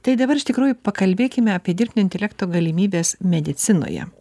tai dabar iš tikrųjų pakalbėkime apie dirbtinio intelekto galimybes medicinoje